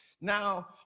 Now